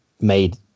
made